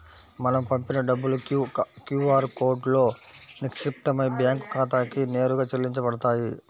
మనం పంపిన డబ్బులు క్యూ ఆర్ కోడ్లో నిక్షిప్తమైన బ్యేంకు ఖాతాకి నేరుగా చెల్లించబడతాయి